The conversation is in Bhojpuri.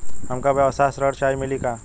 हमका व्यवसाय ऋण चाही मिली का?